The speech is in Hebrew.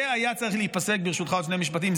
זה היה צריך להיפסק, ברשותך, עוד שני משפטים.